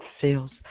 feels